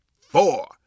four